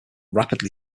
rapidly